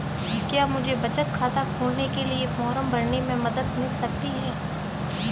क्या मुझे बचत खाता खोलने के लिए फॉर्म भरने में मदद मिल सकती है?